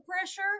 pressure